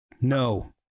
No